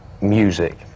music